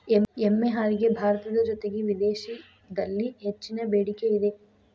ಎಮ್ಮೆ ಹಾಲಿಗೆ ಭಾರತದ ಜೊತೆಗೆ ವಿದೇಶಿದಲ್ಲಿ ಹೆಚ್ಚಿನ ಬೆಡಿಕೆ ಇದೆ